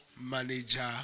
manager